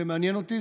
זה מעניין אותי,